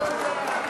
היסטוריה.